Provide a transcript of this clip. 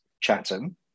Chatham